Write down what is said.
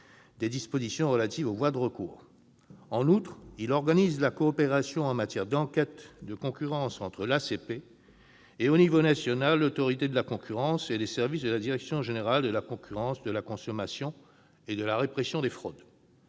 des dispositions relatives aux voies de recours. En outre, il organise la coopération en matière d'enquêtes de concurrence entre l'Autorité polynésienne de la concurrence et, au niveau national, l'Autorité de la concurrence ou les services de la Direction générale de la concurrence, de la consommation et de la répression des fraudes,